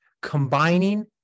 combining